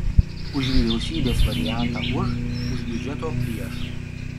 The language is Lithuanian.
už vyriausybės variantą už už biudžeto prieš